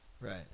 Right